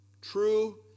true